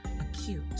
acute